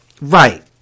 Right